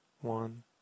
one